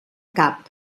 cap